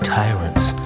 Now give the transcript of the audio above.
tyrants